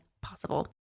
possible